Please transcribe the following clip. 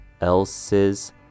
else's